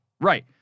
Right